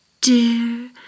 dear